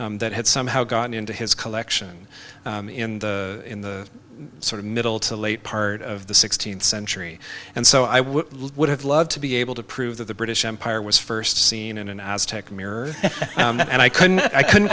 that had somehow gotten into his collection in the in the sort of middle to late part of the sixteenth century and so i would would have loved to be able to prove that the british empire was first seen in an aztec mirror and i couldn't i couldn't